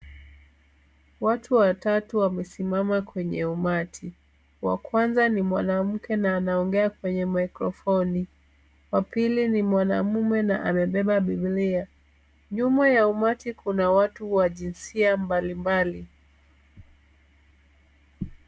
Watu watatu wamesimama kwenye umati. Wa kwanza ni mwanamke na anaongea kwenye microphone , wa pili ni mwanamume na amebeba bibilia . Nyuma ya umati kuna watu wa jinsia mbalimbali.